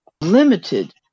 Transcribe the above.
limited